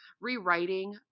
rewriting